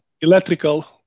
electrical